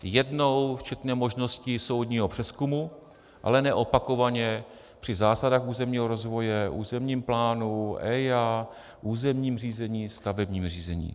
Jednou včetně možnosti soudního přezkumu, ale ne opakovaně při zásadách územního rozvoje, územním plánu, EIA, územním řízení, stavebním řízení.